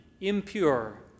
impure